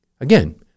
again